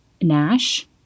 Nash